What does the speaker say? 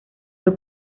fue